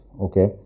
okay